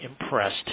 impressed